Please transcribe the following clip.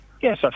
Yes